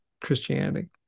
Christianity